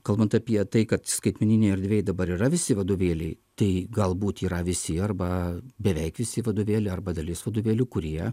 kalbant apie tai kad skaitmeninėj erdvėj dabar yra visi vadovėliai tai galbūt yra visi arba beveik visi vadovėliai arba dalis vadovėlių kurie